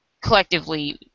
collectively